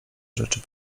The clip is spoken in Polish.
rzeczy